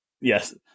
yes